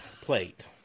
plate